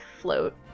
float